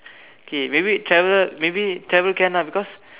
okay maybe travel maybe travel can ah because